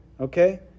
okay